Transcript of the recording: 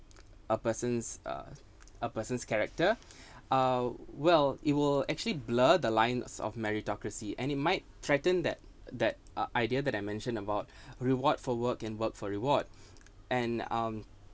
a person's uh a person's character uh well it will actually blur the lines of meritocracy and it might threatened that that idea that I mentioned about reward for work and work for reward and um